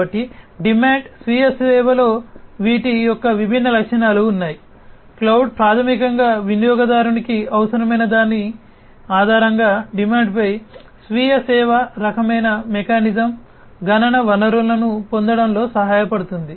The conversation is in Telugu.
కాబట్టి డిమాండ్ స్వీయ సేవలో వీటి యొక్క విభిన్న లక్షణాలు ఉన్నాయి క్లౌడ్ ప్రాథమికంగా వినియోగదారునికి అవసరమైన దాని ఆధారంగా డిమాండ్పై స్వీయ సేవ రకమైన మెకానిజం గణన వనరులను పొందడంలో సహాయపడుతుంది